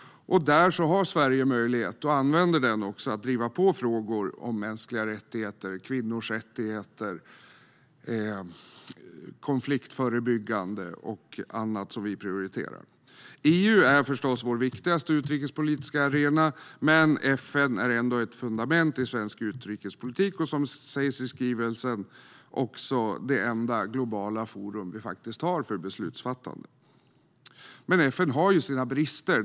Där har Sverige en möjlighet, som vi också använder, att driva på i frågor som rör mänskliga rättigheter, kvinnors rättigheter, konfliktförebyggande och annat som vi prioriterar. EU är förstås vår viktigaste utrikespolitiska arena, men FN är ändå ett fundament i svensk utrikespolitik och, vilket sägs i skrivelsen, det enda globala forum för beslutsfattande vi har. FN har dock sina brister.